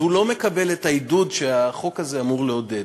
הוא לא מקבל את העידוד שהחוק הזה אמור לעודד.